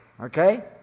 Okay